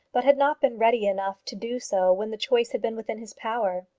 but had not been ready enough to do so when the choice had been within his power.